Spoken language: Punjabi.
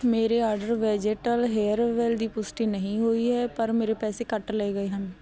ਮੇਰੇ ਆਰਡਰ ਵੈਜੇਟਲ ਹੇਅਰਵੈੱਲ ਦੀ ਪੁਸ਼ਟੀ ਨਹੀਂ ਹੋਈ ਹੈ ਪਰ ਮੇਰੇ ਪੈਸੇ ਕੱਟ ਲਏ ਗਏ ਹਨ